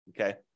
okay